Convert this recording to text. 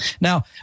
Now